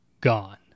Gone